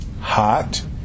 hot